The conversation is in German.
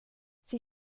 sie